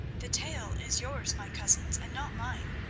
the tale is yours, my cousins, and not mine,